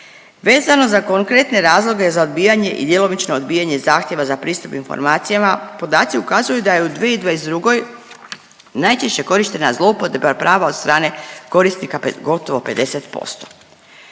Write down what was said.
Vezano za konkretne razloge za odbijanje i djelomično odbijanje zahtjeva za pristup informacijama, podaci ukazuju da je u 2022. najčešće korištena zloupotreba prava od strane korisnika pred gotovo 50%.